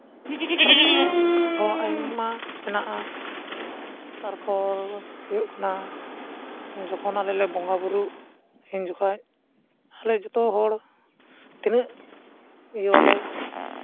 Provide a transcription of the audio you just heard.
ᱛᱟᱨᱯᱚᱨ ᱟᱨᱚ ᱟᱭᱢᱟ ᱢᱮᱱᱟᱜᱼᱟ ᱛᱟᱨᱯᱚᱨ ᱦᱩᱭᱩᱜ ᱠᱟᱱᱟ ᱡᱚᱠᱷᱚᱱ ᱟᱞᱮ ᱞᱮ ᱵᱚᱸᱜᱟᱼᱵᱩᱨᱩᱜ ᱩᱱ ᱡᱚᱠᱷᱚᱱ ᱟᱞᱮ ᱡᱚᱛᱚ ᱦᱚᱲ ᱛᱤᱱᱟᱹᱜ ᱤᱭᱟᱹ ᱟᱞᱮ